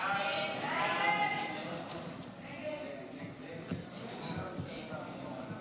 ההצעה להעביר לוועדה את הצעת חוק צירוף משפחות